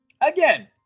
again